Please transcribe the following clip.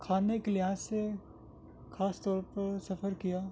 کھانے کے لحاظ سے خاص طور پر سفر کیا